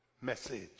message